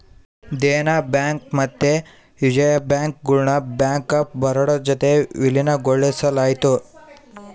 Dena bank ಮತ್ತೆ Vijaya bank ಗುಳ್ನ bank of Baroda ಜೊತಿಗೆ ವಿಲೀನಗೊಳಿಸಲಾಯಿತು